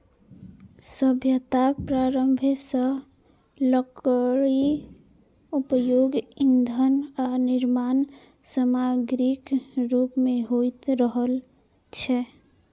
सभ्यताक प्रारंभे सं लकड़ीक उपयोग ईंधन आ निर्माण समाग्रीक रूप मे होइत रहल छै